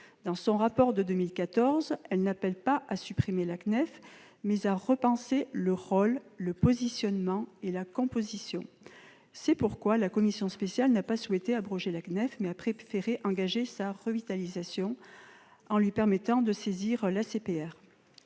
Dans son rapport de 2014, elle appelle non pas à supprimer la CNEF, mais à en repenser « le rôle, le positionnement et la composition ». C'est pourquoi la commission spéciale n'a pas souhaité supprimer la CNEF, préférant engager sa revitalisation en lui permettant de saisir l'ACPR.